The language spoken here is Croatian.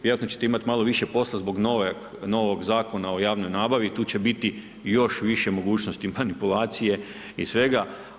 Vjerojatno ćete imati malo više posla zbog novog Zakona o javnoj nabavi, tu će biti i još više mogućnosti manipulacije i svega.